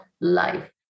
life